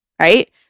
right